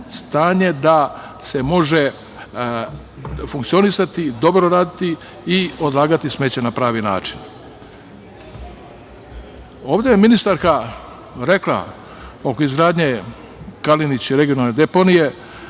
stanje da se može funkcionisati, dobro raditi i odlagati smeće na pravi način. Ovde je ministarka rekla oko izgradnje „Kalenić“ regionalne deponije.